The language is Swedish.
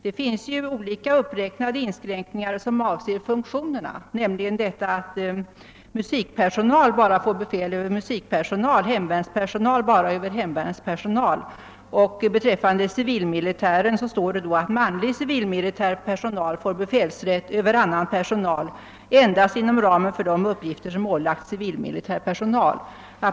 I tjänstereglementet har uppräknats inskränkningar som avser olika funktioner, nämligen att musikpersonal får befälsrätt endast över musikpersonal, att hemvärnspersonal får befälsrätt endast över hemvärnspersonal o.s.v. Beträffande manlig civilmilitär personal gäller att »manlig civilmilitär personal får befälsrätt över annan personal endast inom ramen för de uppgifter som ålagts civilmilitär personal«.